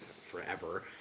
forever